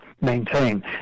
maintain